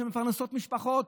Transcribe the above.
שמפרנסות משפחות,